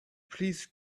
please